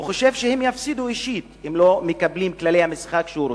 הוא חושב שהם יפסידו אישית אם הם לא מקבלים את כללי המשחק שהוא רוצה.